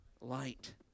light